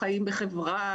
חיים וחברה,